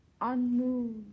unmoved